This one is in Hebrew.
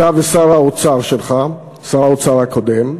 אתה ושר האוצר שלך, שר האוצר הקודם.